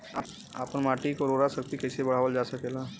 आपन माटी क उर्वरा शक्ति कइसे बढ़ावल जा सकेला?